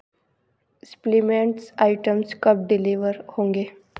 supplements items कब deliver होंगे